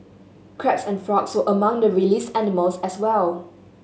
crabs and frogs were among the released animals as well